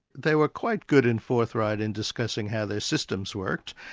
they were quite good and forthright in discussing how their systems worked,